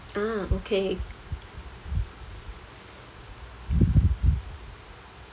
ah okay